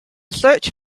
such